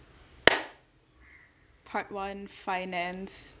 part one finance